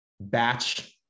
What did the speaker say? batch